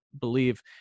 believe